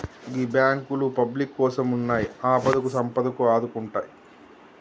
గీ బాంకులు పబ్లిక్ కోసమున్నయ్, ఆపదకు సంపదకు ఆదుకుంటయ్